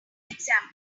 example